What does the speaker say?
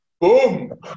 Boom